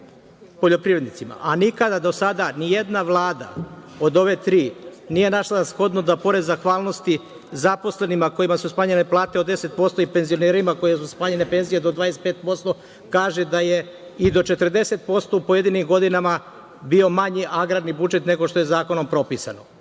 poljoprivrednicima, a nikada do sada nijedna Vlada od ove tri nije našla za shodno da pored zahvalnosti zaposlenima kojima su smanjene plate od 10% i penzionerima kojima su smanjene penzije do 25% kaže da je i do 40% u pojedinim godinama bio manji agrarni budžet nego što je zakonom propisano.